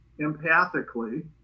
empathically